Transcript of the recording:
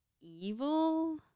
evil